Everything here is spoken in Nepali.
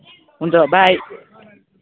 हुन्छ बाइ